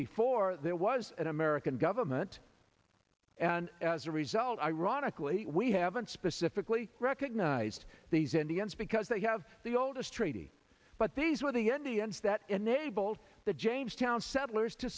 before there was an american government and as a result ironically we haven't specifically recognized these indians because they have the oldest treaty but these were the indians that enabled the jamestown settlers to